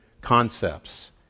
concepts